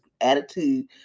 attitude